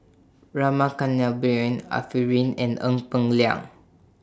Rama Kannabiran Arifin and Ee Peng Liang